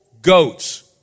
goats